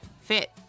fit